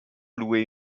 louer